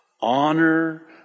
Honor